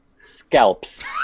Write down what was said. scalps